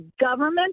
government